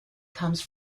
comes